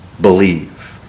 Believe